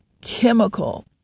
chemical